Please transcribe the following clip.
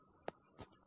0